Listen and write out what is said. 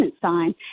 sign